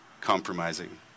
compromising